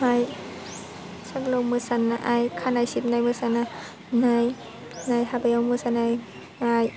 नाय साहा गोलाव मोसानाय खानाय सिबनाय मोसा नाय हाबायाव मोसानाय आय